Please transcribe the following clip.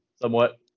somewhat